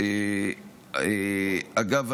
אגב,